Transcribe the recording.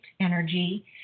energy